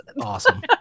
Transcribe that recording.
Awesome